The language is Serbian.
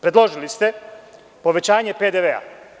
Predložili ste povećanje PDV.